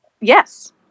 Yes